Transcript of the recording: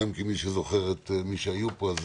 מי שזוכר את מי שהיו פה,